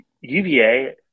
UVA